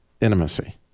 intimacy